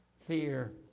Fear